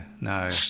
no